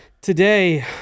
Today